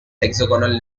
hexagonal